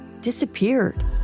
disappeared